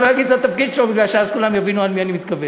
אני לא אגיד את התפקיד שלו כי אז כולם יבינו למי אני מתכוון.